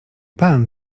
pan